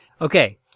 Okay